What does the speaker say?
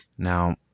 Now